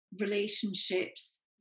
relationships